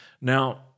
Now